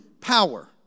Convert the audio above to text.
power